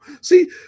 See